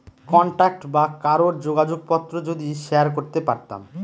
contact বা কারোর যোগাযোগ পত্র যদি শেয়ার করতে পারতাম